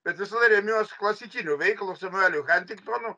bet visada remiuos klasikiniu veikalu samuelio hentingtono